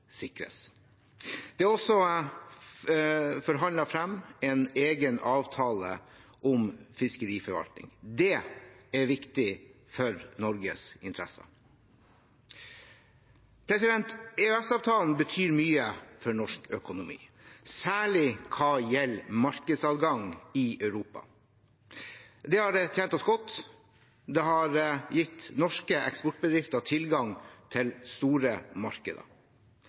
sikres. Det er også forhandlet frem en egen avtale om fiskeriforvaltning. Det er viktig for Norges interesser. EØS-avtalen betyr mye for norsk økonomi, særlig hva gjelder markedsadgang i Europa. Det har tjent oss godt. Det har gitt norske eksportbedrifter tilgang til store markeder.